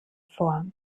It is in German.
vor